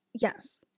Yes